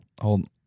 hold